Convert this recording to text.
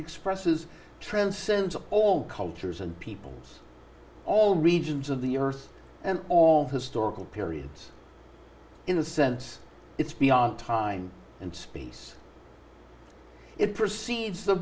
expresses transcends all cultures and peoples all regions of the earth and all historical periods in a sense it's beyond time and space it perceives the